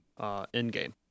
Endgame